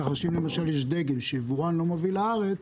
כך שאם יש דגם שהיבואן לא מביא לארץ,